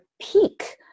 peak